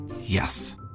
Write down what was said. Yes